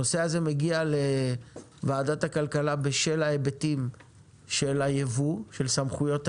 הנושא הזה מגיע לוועדת הכלכלה בשל ההיבטים של סמכויות הייבוא.